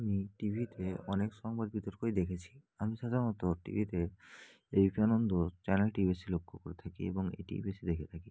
আমি টিভিতে অনেক সময় বিতর্কই দেখেছি আমি সাধারণত টিভিতে এবিপি আনন্দ চ্যানেলটি বেশি লক্ষ্য করে থাকি এবং এটিই বেশি দেখে থাকি